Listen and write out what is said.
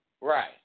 Right